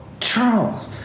Charles